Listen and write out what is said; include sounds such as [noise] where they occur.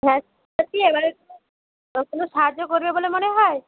হ্যাঁ বলছি এবারে [unintelligible] কোনো কোনো সাহায্য করবে বলে মনে হয়